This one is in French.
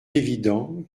évident